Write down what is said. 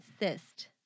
insist